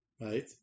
Right